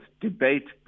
debate